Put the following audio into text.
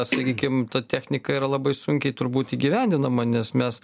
sakykim ta technika yra labai sunkiai turbūt įgyvendinama nes mes